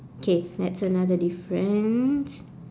okay that's another difference